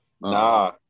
Nah